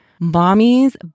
Mommy's